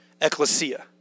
Ecclesia